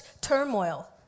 turmoil